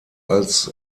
als